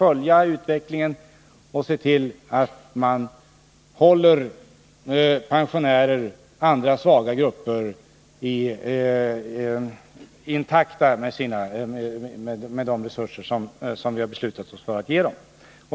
följa utvecklingen och se till att man håller pensionärer och andra svaga grupper intakta med de resurser som vi har beslutat oss för att ge dem.